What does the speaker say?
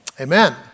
Amen